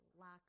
lack